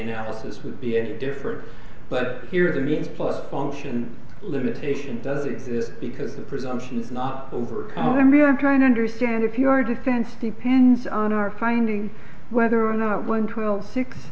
analysis would be a difference but here the mean plus function limitations does it because the presumption is not over the i'm trying to understand if your defense depends on our finding whether or not one twelve six